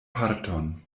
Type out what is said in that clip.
parton